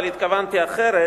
אבל התכוונתי אחרת.